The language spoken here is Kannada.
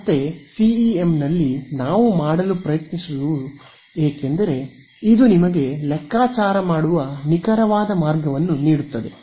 ಮತ್ತೆ ಸಿಇಎಂನಲ್ಲಿ ನಾವು ಮಾಡಲು ಪ್ರಯತ್ನಿಸುವುದು ಏಕೆಂದರೆ ಇದು ನಿಮಗೆ ಲೆಕ್ಕಾಚಾರ ಮಾಡುವ ನಿಖರವಾದ ಮಾರ್ಗವನ್ನು ನೀಡುತ್ತದೆ